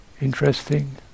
interesting